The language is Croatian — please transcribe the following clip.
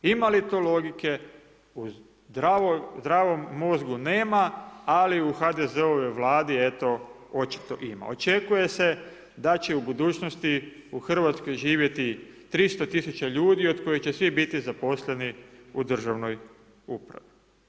Ima li to logike u zdravom mozgu, nema, ali u HDZ-ovoj vladi eto očito ima, očekuje se da će u budućnosti u Hrvatskoj živjeti 300.000 ljudi od kojih će svi biti zaposleni u državnoj upravi.